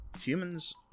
humans